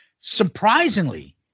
Surprisingly